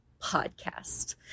Podcast